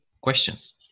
questions